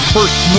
First